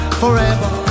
forever